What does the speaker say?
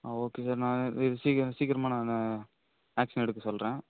ஆ okay sir நான் இதை சீக்கிர சீக்கிரமாக நான் ஆக்க்ஷன் எடுக்க சொல்லுறேன்